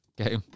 Okay